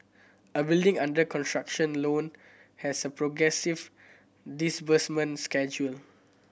a building under construction loan has a progressive disbursement schedule